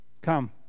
come